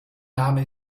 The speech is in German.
name